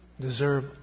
deserve